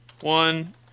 One